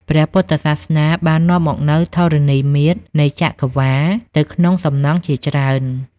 ព្រះពុទ្ធសាសនា បាននាំមកនូវធរណីមាត្រនៃ ចក្រវាឡទៅក្នុងសំណង់ជាច្រើន។